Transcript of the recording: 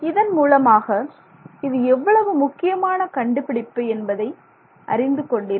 இதன் மூலமாக இது எவ்வளவு முக்கியமான கண்டுபிடிப்பு என்பதை அறிந்து கொண்டீர்கள்